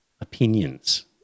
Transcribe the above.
opinions